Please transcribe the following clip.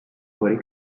fuori